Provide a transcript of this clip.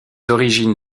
origines